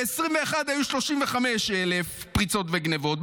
ב-2021 היו 35,000 פריצות וגנבות,